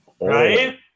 Right